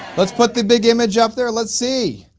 let's put the big image up there let's see.